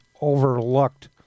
overlooked